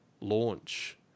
launch